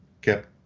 kept